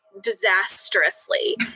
disastrously